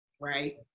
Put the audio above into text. Right